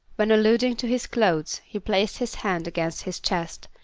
when alluding to his clothes he placed his hands against his chest,